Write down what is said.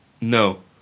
No